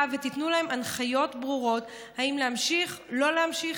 ותיתנו להם הנחיות ברורות אם להמשיך או לא להמשיך.